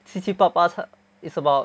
七七八八特 is about